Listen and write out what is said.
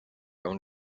own